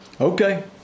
Okay